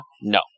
No